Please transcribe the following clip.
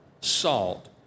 salt